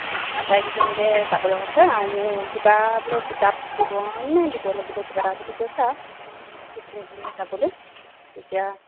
আটাইকেজনীকে যাবলৈ কৈছে আৰু কিবা বোলে কিতাপ দিব নে দিব লাগিব কিবা এটা বুলি কৈছে আৰু মিটিংখনলৈ যাবলৈ এতিয়া